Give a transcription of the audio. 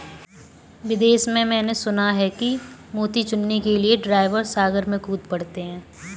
विदेश में मैंने सुना है कि मोती चुनने के लिए ड्राइवर सागर में कूद पड़ते हैं